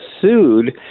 sued